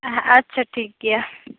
ᱟᱪᱪᱷᱟ ᱴᱷᱤᱠ ᱜᱮᱭᱟ